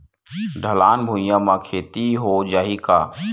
ढलान भुइयां म खेती हो जाही का?